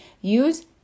Use